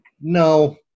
No